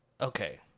Okay